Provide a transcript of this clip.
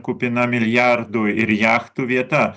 kupina milijardų ir jachtų vieta